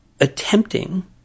attempting